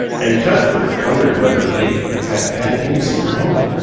and cuthbert wondered whether he had had bad news from home.